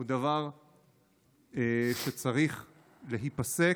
הוא דבר שצריך להיפסק,